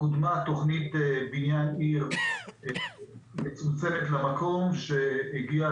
קודמה תכנית בניין עיר מצומצמת למקום שהגיעה